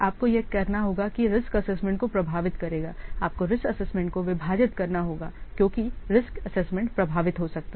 आपको यह करना होगा कि रिस्क एसेसमेंट को प्रभावित करेगा आपको रिस्क एसेसमेंट को विभाजित करना होगा क्योंकि रिस्क एसेसमेंट प्रभावित हो सकता है